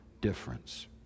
difference